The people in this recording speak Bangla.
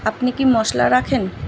আপনি কি মশলা রাখেন